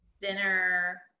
dinner